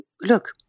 look